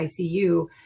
ICU